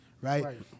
right